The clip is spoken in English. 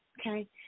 Okay